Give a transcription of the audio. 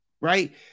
right